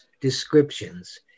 descriptions